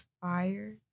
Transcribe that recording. fire